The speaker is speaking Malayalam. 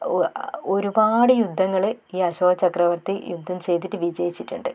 ഒ ഒരുപാട് യുദ്ധങ്ങൾ ഈ അശോക ചക്രവർത്തി യുദ്ധം ചെയ്തിട്ട് വിജയിച്ചിട്ടുണ്ട്